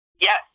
Yes